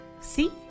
see